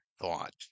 thought